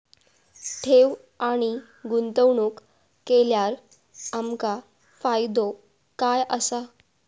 ठेव आणि गुंतवणूक केल्यार आमका फायदो काय आसा?